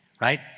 right